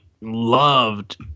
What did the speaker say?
loved